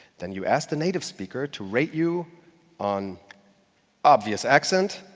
then, you ask a native speaker to rate you on obvious accent,